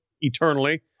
eternally